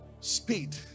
Speed